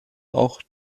auch